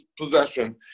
possession